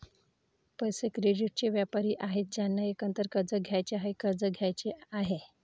पैसे, क्रेडिटचे व्यापारी आहेत ज्यांना एकतर कर्ज घ्यायचे आहे, कर्ज द्यायचे आहे